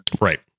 Right